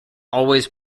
always